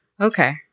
Okay